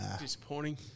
Disappointing